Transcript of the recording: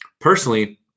personally